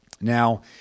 Now